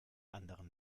anderen